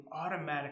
automatically